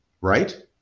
right